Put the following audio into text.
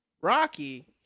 Rocky